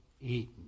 eaten